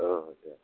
अ